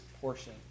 portion